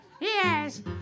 Yes